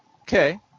Okay